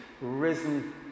risen